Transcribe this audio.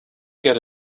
get